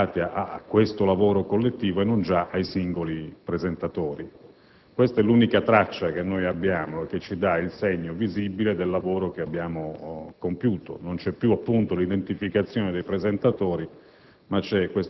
intestati al lavoro collettivo e non già ai singoli presentatori. Questa è l'unica traccia che abbiamo e che ci dà il segno visibile del lavoro da noi compiuto. Non c'è più l'identificazione dei presentatori